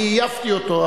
אני עייפתי אותו,